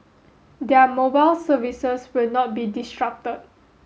their mobile services will not be disrupted